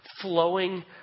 flowing